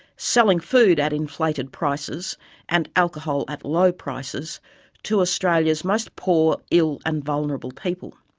selling food at inflated prices and alcohol at low prices to australia's most poor, ill and vulnerable people.